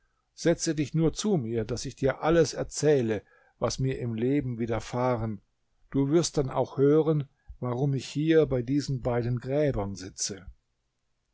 setze dich nur zu mir daß ich dir alles erzähle was mir im leben widerfahren du wirst dann auch hören warum ich hier bei diesen beiden gräbern sitze